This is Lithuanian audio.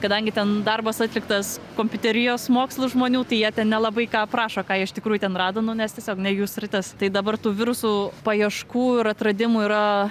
kadangi ten darbas atliktas kompiuterijos mokslų žmonių tai jie ten nelabai ką aprašo ką jie iš tikrųjų ten rado nu nes tiesiog ne jų sritis tai dabar tų virusų paieškų ir atradimų yra